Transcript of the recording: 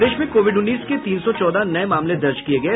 प्रदेश में कोविड उन्नीस के तीन सौ चौदह नये मामले दर्ज किये गये